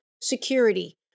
security